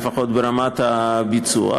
לפחות ברמת הביצוע,